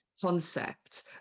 concept